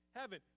heaven